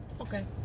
Okay